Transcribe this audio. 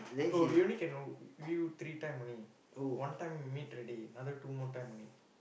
oh we only can v~ view three times only one time meet already another two more time only